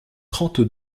trente